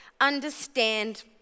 Understand